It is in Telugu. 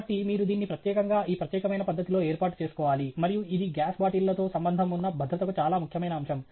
కాబట్టి మీరు దీన్ని ప్రత్యేకంగా ఈ ప్రత్యేకమైన పద్ధతిలో ఏర్పాటు చేసుకోవాలి మరియు ఇది గ్యాస్ బాటిళ్లతో సంబంధం ఉన్న భద్రతకు చాలా ముఖ్యమైన అంశం